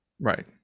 Right